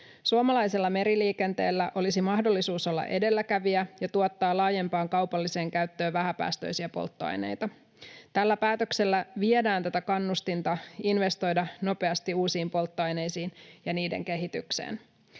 Suomalaisella meriliikenteellä olisi mahdollisuus olla edelläkävijä ja tuottaa laajempaan kaupalliseen käyttöön vähäpäästöisiä polttoaineita. Tällä päätöksellä viedään kannustinta investoida nopeasti uusiin polttoaineisiin ja niiden kehitykseen.